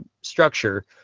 structure